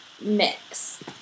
mix